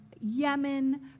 Yemen